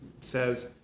says